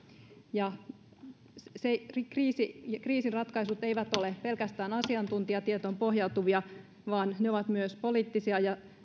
ja sen kriisin ratkaisut eivät ole pelkästään asiantuntijatietoon pohjautuvia vaan ne ovat myös poliittisia ja